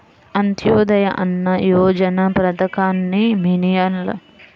అంత్యోదయ అన్న యోజన పథకాన్ని మిలియన్ల మంది పేద కుటుంబాలకు అత్యంత సబ్సిడీతో కూడిన ఆహారాన్ని అందిస్తుంది